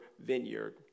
vineyard